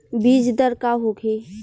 बीजदर का होखे?